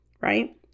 right